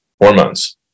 hormones